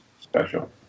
special